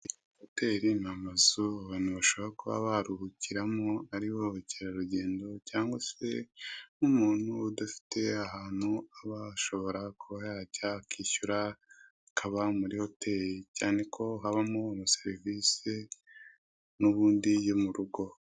Hoteli ni amazu abantu bashobora kuba baruhukiramo, aribo abakerarugendo, cyangwa se n'umuntu udafite ahantu ashobora kuba yajya akishyura akaba muri hoteli, cyane ko habamo amaserivise n'ubundi yo mu rugo.